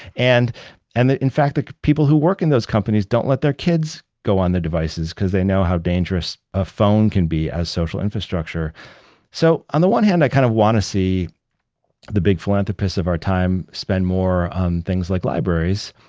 and and in fact, the people who work in those companies don't let their kids go on the devices because they know how dangerous a phone can be as social infrastructure so on the one hand, i kind of want to see the big philanthropists of our time spend more on things like libraries.